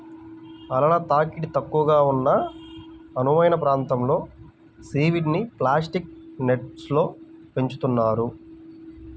అలల తాకిడి తక్కువగా ఉన్న అనువైన ప్రాంతంలో సీవీడ్ని ప్లాస్టిక్ నెట్స్లో పెంచుతున్నారు